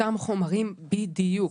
אותם חומרים בדיוק,